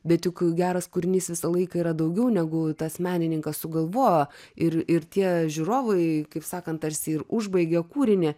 bet juk geras kūrinys visą laiką yra daugiau negu tas menininkas sugalvojo ir ir tie žiūrovai kaip sakant tarsi ir užbaigia kūrinį